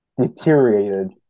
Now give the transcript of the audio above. deteriorated